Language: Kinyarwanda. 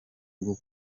bwo